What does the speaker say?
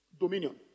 dominion